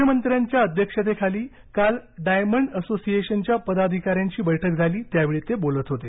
मुख्यमंत्र्यांच्या अध्यक्षतेखाली काल डायमंड असोसिएशनच्या पदाधिकाऱ्यांची बैठक झाली त्यावेळी ते बोलत होते